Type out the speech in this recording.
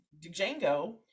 django